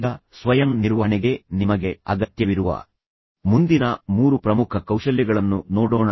ಈಗ ಸ್ವಯಂ ನಿರ್ವಹಣೆಗೆ ನಿಮಗೆ ಅಗತ್ಯವಿರುವ ಮುಂದಿನ ಮೂರು ಪ್ರಮುಖ ಕೌಶಲ್ಯಗಳನ್ನು ನೋಡೋಣ